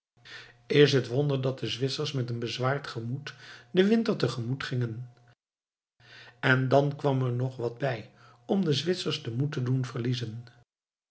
is het wonder dat de zwitsers met een bezwaard gemoed den winter tegemoet gingen en dan kwam er nog wat bij om den zwitser den moed te doen verliezen